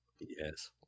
Yes